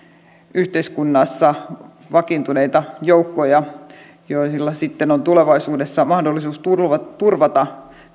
yhteiskunnassa vakiintuneita joukkoja joilla sitten on tulevaisuudessa mahdollisuus turvata